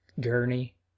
gurney